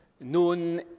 known